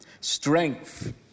Strength